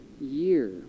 year